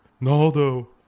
Naldo